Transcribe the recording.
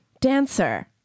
dancer